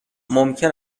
ممکن